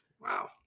Wow